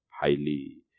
highly